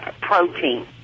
protein